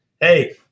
Hey